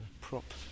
prop